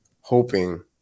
hoping